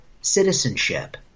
citizenship